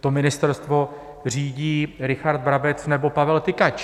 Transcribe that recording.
to ministerstvo řídí Richard Brabec, nebo Pavel Tykač.